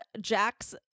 Jack's